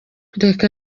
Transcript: reka